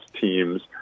teams